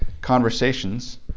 conversations